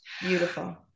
Beautiful